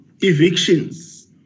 evictions